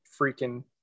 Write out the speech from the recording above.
freaking